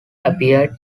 appeared